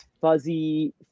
fuzzy